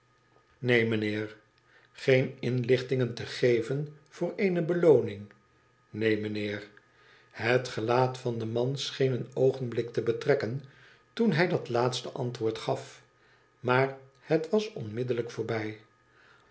neen mijnheer geen inlichtingen te geven voor eene belooning neen mijnheer het gelaat van den man scheen een oogenblik te betrekken toen hij dat laatste antwoord gaf maar het was onmiddellijk voorbij